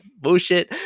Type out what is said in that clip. bullshit